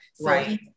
right